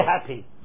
happy